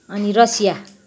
अनि रसिया